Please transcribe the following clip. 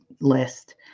list